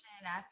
enough